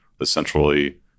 essentially